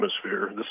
atmosphere